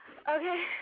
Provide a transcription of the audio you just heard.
Okay